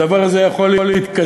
הדבר הזה יכול להתקזז